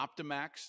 OptiMax